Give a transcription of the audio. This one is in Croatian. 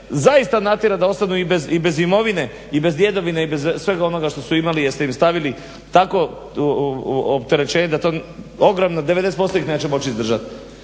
zaista natjerati da ostanu i bez imovine i bez djedovine i bez svega onoga što su imali jer ste im stavili tako opterećenje da 90% ih neće moći izdržati.